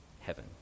heaven